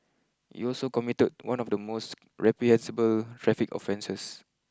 you also committed one of the most reprehensible traffic offences